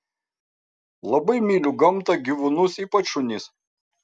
labai myliu gamtą gyvūnus ypač šunis